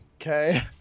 Okay